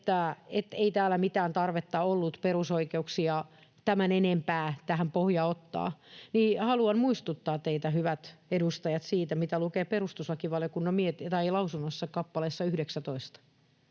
ei täällä mitään tarvetta ollut perusoikeuksia tämän enempää tähän pohjaan ottaa, niin haluan muistuttaa teitä, hyvät edustajat, siitä, mitä lukee perustuslakivaliokunnan lausunnossa kappaleessa 19: